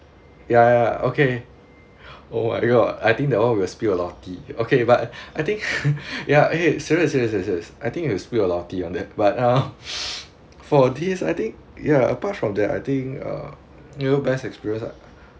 ya ya okay oh my god I think that one we will spill a lot of tea okay but I think ya okay serious serious serious serious I think we will spill a lot of tea on that but uh for this I think ya apart from that I think uh you know best experience lah